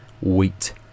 wheat